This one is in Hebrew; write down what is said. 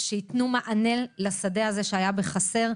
שייתנו מענה לשדה שהיה בחסר.